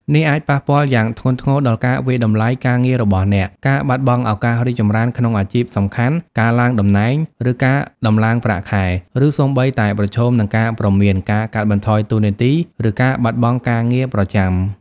នេះអាចប៉ះពាល់យ៉ាងធ្ងន់ធ្ងរដល់ការវាយតម្លៃការងាររបស់អ្នក ការបាត់បង់ឱកាសរីកចម្រើនក្នុងអាជីពសំខាន់ ការឡើងតំណែង ឬការដំឡើងប្រាក់ខែ ឬសូម្បីតែប្រឈមនឹងការព្រមាន ការកាត់បន្ថយតួនាទី ឬការបាត់បង់ការងារប្រចាំ។